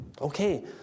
Okay